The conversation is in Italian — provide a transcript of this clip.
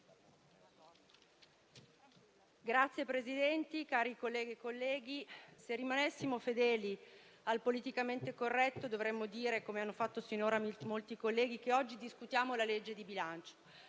Signor Presidente, cari colleghe e colleghi, se rimanessimo fedeli al politicamente corretto dovremmo dire - come hanno fatto sinora molti colleghi - che oggi discutiamo la legge di bilancio.